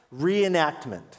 reenactment